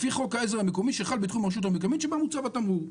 לפי חוק העזר המקומי שחל בתחום הרשות המקומית שבה מוצב התמרור.